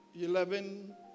eleven